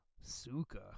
Suka